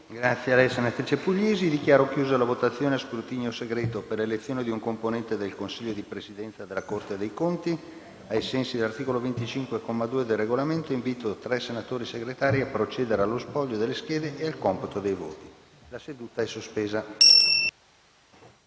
apre una nuova finestra"). Dichiaro chiusa la votazione a scrutinio segreto per l'elezione di un componente del Consiglio di Presidenza della Corte dei conti. Ai sensi dell'articolo 25, comma 2, del Regolamento, invito tre senatori Segretari a procedere allo spoglio delle schede e al computo dei voti. *Hanno preso